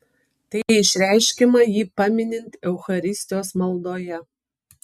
tai išreiškiama jį paminint eucharistijos maldoje